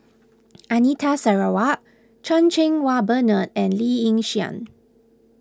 Anita Sarawak Chan Cheng Wah Bernard and Lee Yi Shyan